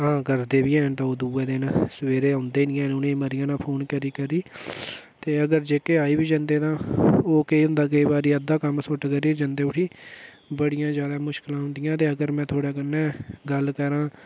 हां करी ओड़दे उ'ऐ दूऐ दिन ओह् सवेरे औंदे निं है'न उ'नेंई मरी जाना फोन करी करी ते बाऽ जेह्के आई बी जंदे तां ओह् केह् होंदा के केईं बारी अद्धा कम्म सु'ट्टियै जंदे उठी बड़ियां जादै मुशकलां औंदियां न ते अगर में थुहाड़े कन्नै गल्ल करां